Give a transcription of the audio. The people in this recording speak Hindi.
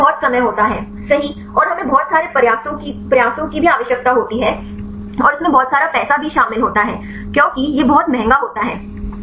लेकिन इसमें बहुत समय होता है सही और हमें बहुत सारे प्रयासों की भी आवश्यकता होती है और इसमें बहुत सारा पैसा भी शामिल होता है क्योंकि यह बहुत महंगा होता है